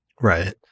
Right